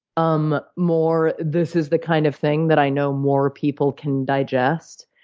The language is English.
um more this is the kind of thing that i know more people can digest.